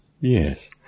Yes